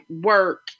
work